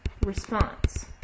response